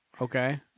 Okay